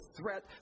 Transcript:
threat